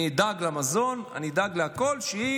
אני אדאג למזון ולהכול, שהיא